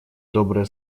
добрые